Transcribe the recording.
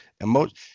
emotion